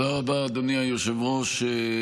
אדוני היושב-ראש.